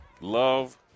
Love